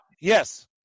Yes